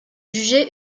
jugé